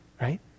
right